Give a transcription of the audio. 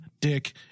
Dick